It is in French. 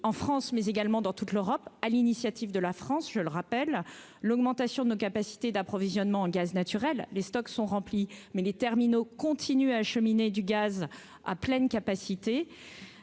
en France, mais également dans toute l'Europe, à l'initiative de la France, je le rappelle, l'augmentation de nos capacités d'approvisionnement en gaz naturel, les stocks sont remplis mais les terminaux continue à acheminer du gaz à pleine capacité,